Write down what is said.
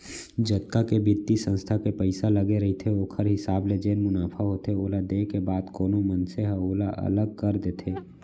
जतका के बित्तीय संस्था के पइसा लगे रहिथे ओखर हिसाब ले जेन मुनाफा होथे ओला देय के बाद कोनो मनसे ह ओला अलग कर देथे